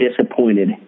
disappointed